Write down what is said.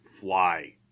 fly